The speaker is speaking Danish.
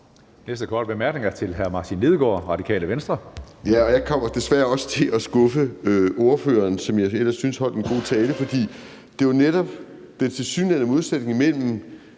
næste korte bemærkning er til hr. Martin Lidegaard, Radikale Venstre. Kl. 11:23 Martin Lidegaard (RV): Jeg kommer desværre også til at skuffe ordføreren, som jeg ellers synes holdt en god tale, for det er jo netop den tilsyneladende modsætning mellem,